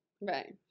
Right